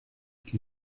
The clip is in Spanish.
que